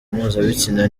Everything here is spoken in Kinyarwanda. mpuzabitsina